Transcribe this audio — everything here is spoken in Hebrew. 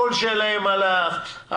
הקול שלהם הלך,